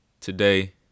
today